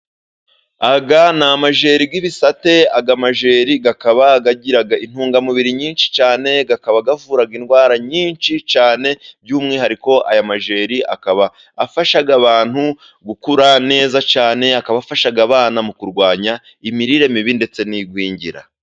Aya ni amajeri y'ibisate, aya amajeri akakaba agira intungamubiri nyinshi cyane, akaba avura indwara nyinshi cyane ,by'umwihariko aya majeri akaba afasha abantu gukura neza cyane, akaba afasha abana mu kurwanya imirire mibi ndetse n'igwingira.